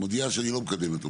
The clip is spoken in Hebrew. מודיעה שהיא לא מקדמת.